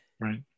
Right